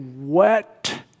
wet